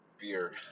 beer